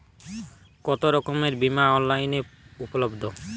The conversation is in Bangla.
কতোরকমের বিমা অনলাইনে উপলব্ধ?